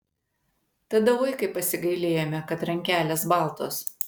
tada oi kaip pasigailėjome kad rankelės baltos